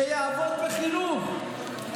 שיעבוד גם בחינוך,